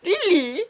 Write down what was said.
really